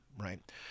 right